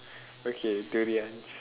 okay durians